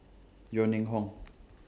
Yeo Ning Hong